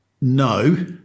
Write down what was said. no